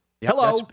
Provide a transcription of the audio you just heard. Hello